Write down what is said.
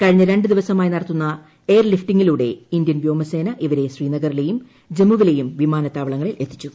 കഴിഞ്ഞ രണ്ട് ദിവസമായി നടത്തുന്ന എയർ ലിഫ്റ്റിംഗിലൂടെ ഇന്ത്യൻ വ്യോമസേന ഇവരെ ശ്രീനഗറിലെയും ജമ്മുവിലെയും വിമാനത്താവളങ്ങളിൽ എത്തിച്ചു